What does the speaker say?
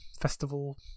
Festival